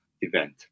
event